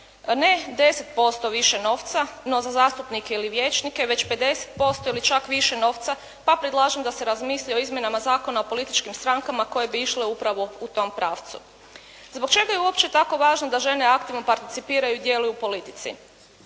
ne 10% više novca no za zastupnike ili vijećnike već 50% ili čak više novca pa predlažem da se razmisli o izmjenama Zakona o političkim strankama koje bi išle upravo u tom pravcu. Zbog čega je uopće tako važno da žene aktivno participiraju i djeluju u politici?